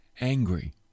angry